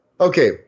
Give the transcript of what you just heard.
Okay